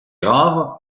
rare